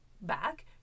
back